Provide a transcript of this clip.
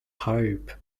hope